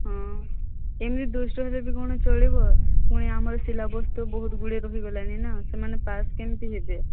ହଁ ଏମିତି ଦୁଷ୍ଟ ହେଲେ ବି କ'ଣ ଚଳିବ ପୁଣି ଆମର ସିଲାବସ୍ ତ ବହୁତ ଗୁଡ଼ିଏ ରହିଗଲାଣି ନା ସେମାନେ ପାସ୍ କେମିତି ହେବେ